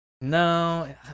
No